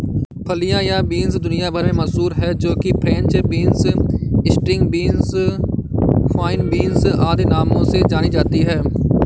फलियां या बींस दुनिया भर में मशहूर है जो कि French beans, string beans, fine beans आदि नामों से जानी जाती है